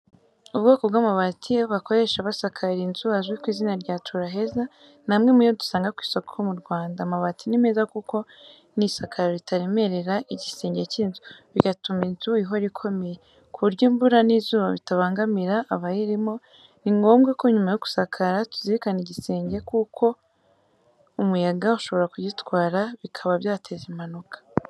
Ubwoko bw'amabati bakoresha basakara inzu azwi ku izina rya Tura Heza, ni amwe mu yo dusanga ku isoko mu Rwanda. Amabati ni meza kuko ni isakaro ritaremerera igisenge cy'inzu, bigatuma inzu ihora ikomeye, ku buryo imvura n’izuba bitabangamira abayirimo. Ni ngombwa ko nyuma yo gusakara tuzirika igisenge kuko umuyaga ushobora kugitwara bikaba byateza impanuka.